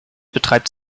betreibt